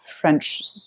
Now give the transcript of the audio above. French